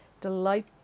Delight